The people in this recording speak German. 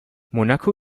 monaco